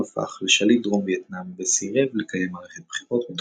דיים הפך לשליט דרום וייטנאם וסירב לקיים מערכת בחירות,